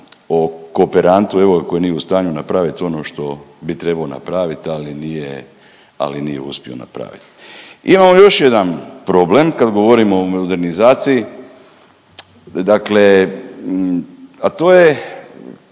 o kooperantu koji nije u stanju napraviti ono što bi trebao napraviti, ali nije, ali nije uspio napraviti. Imamo još jedan problem kada govorimo o modernizaciji. Dakle,